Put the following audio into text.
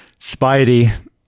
Spidey